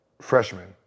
freshman